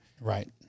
Right